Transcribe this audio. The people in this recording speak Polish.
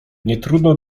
nietrudno